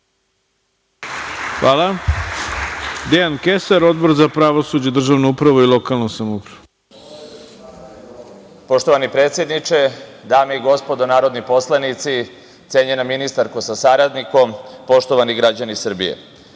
ima Dejan Kesar, Odbor za pravosuđe, državnu upravu i lokalnu samoupravu. **Dejan Kesar** Poštovani predsedniče, dame i gospodo narodni poslanici, cenjena ministarko sa saradnikom, poštovani građani Srbije,